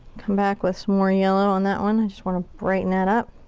come back with some more yellow on that one. i just wanna brighten that up.